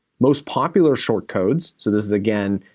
most popular short codes. so this is, again,